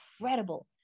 incredible